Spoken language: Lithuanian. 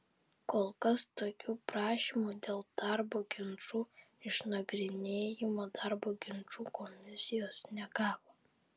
kol kas tokių prašymų dėl darbo ginčų išnagrinėjimo darbo ginčų komisijos negavo